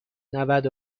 نود